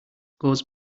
goes